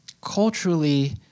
culturally